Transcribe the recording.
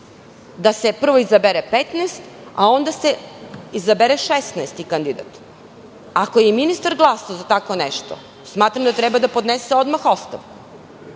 da se prvo izabere 15, a onda se izabere 16. kandidat? Ako je ministar glasao za tako nešto, smatram da treba odmah da podnese ostavku,